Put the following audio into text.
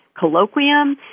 colloquium